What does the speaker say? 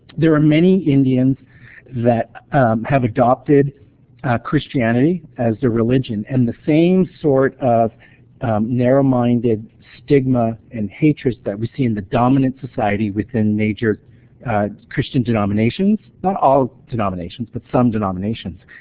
there are many indians that have adopted christianity as their religion. and the same sort of narrow-minded, stigma and hatred that we see in the dominant society within major christian denominations not all denominations, but some denominations